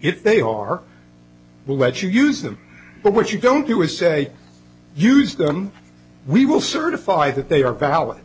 it they are we'll let you use them but what you don't do is say use them we will certify that they are valid